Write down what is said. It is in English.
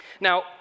Now